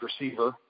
receiver